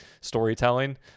storytelling